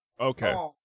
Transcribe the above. Okay